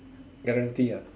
guarantee ah